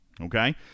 Okay